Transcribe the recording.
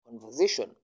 conversation